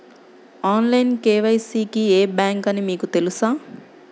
Online KYC కి ఏ bank అని మీకు తెలుసా?